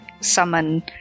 summon